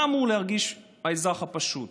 מה אמור להרגיש האזרח הפשוט,